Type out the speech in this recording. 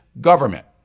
government